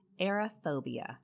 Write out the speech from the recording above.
aerophobia